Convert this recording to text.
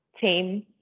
team